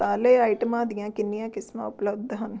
ਤਾਲੇ ਆਈਟਮਾਂ ਦੀਆਂ ਕਿੰਨੀਆਂ ਕਿਸਮਾਂ ਉਪਲਬਧ ਹਨ